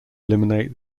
eliminate